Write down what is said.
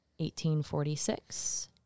1846